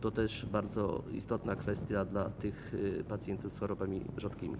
To też bardzo istotna kwestia dla pacjentów z chorobami rzadkimi.